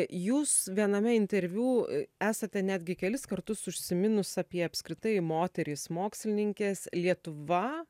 jūs viename interviu esate netgi kelis kartus užsiminus apie apskritai moteris mokslininkes lietuva